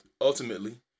ultimately